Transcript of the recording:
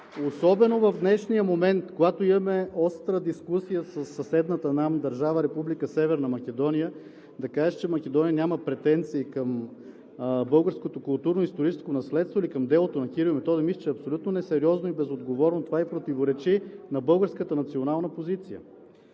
особено в днешния момент, когато имаме остра дискусия със съседната нам държава Република Северна Македония, да кажеш, че Македония няма претенции към българското културно-историческо наследство или към делото на Кирил и Методий, мисля, че е абсолютно несериозно и безотговорно, това противоречи и на българската национална позиция.